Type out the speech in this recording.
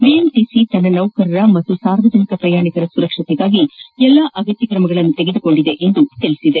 BMTC ತನ್ನ ನೌಕರರ ಮತ್ತು ಸಾರ್ವಜನಿಕ ಪ್ರಯಾಣಿಕರ ಸುರಕ್ಷತೆಗಾಗಿ ಎಲ್ಲಾ ಅಗತ್ಯ ಕ್ರಮಗಳನ್ನು ತೆಗೆದುಕೊಂಡಿದೆ ಎಂದು ತಿಳಿಸಿದೆ